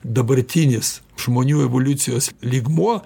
dabartinis žmonių evoliucijos lygmuo